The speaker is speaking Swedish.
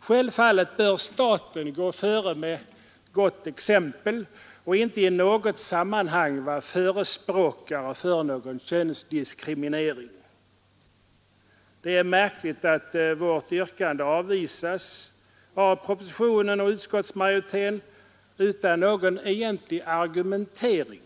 Självfallet bör staten gå före med gott exempel och inte i något sammanhang vara förespråkare för någon könsdiskriminering. Det är märkligt att vårt yrkande avvisas i propositionen och av utskottsmajoriteten utan någon egentlig argumentering.